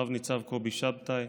רב-ניצב קובי שבתאי.